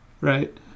right